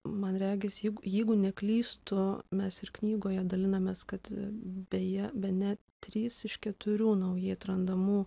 man regis jeg jeigu neklystu mes ir knygoje dalinamės kad beje bene trys iš keturių naujai atrandamų